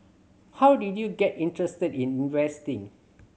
how did you get interested in investing